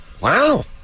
Wow